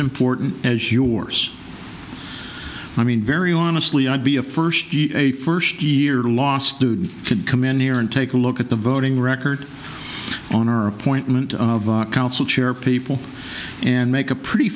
important as yours i mean very honestly i'd be a first a first year law student could come in here and take a look at the voting record on our appointment of council chair people and make a pretty